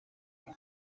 ibyo